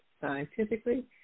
Scientifically